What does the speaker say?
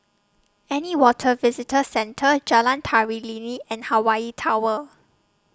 An Newater Visitor Centre Jalan Tari Lilin and Hawaii Tower